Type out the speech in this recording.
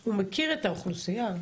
הוא מכיר את האוכלוסייה.